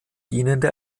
dienende